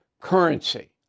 currency